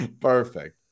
perfect